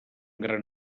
gran